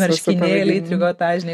marškinėliai trikotažiniai